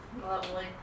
Lovely